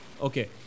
Okay